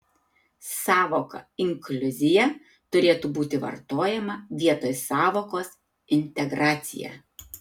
sąvoka inkliuzija turėtų būti vartojama vietoj sąvokos integracija